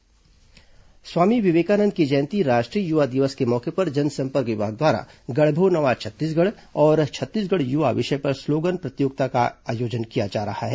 slogan प्रतियोगिता स्वामी विवेकानंद की जयंती राष्ट्रीय युवा दिवस के मौके पर जनसंपर्क विभाग द्वारा गढ़बो नवा छत्तीसगढ़ और छत्तीसगढ़ युवा विषय पर स्लोगन प्रतियोगिता का आयोजन किया जा रहा है